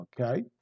okay